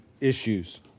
issues